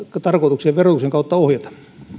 tarkoitukseen verotuksen kautta ohjata